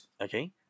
Okay